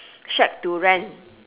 shack to rent